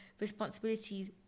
responsibilities